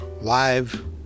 live